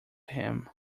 him